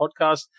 podcast